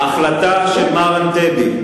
ההחלטה של מר ענתבי,